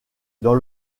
dans